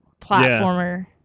platformer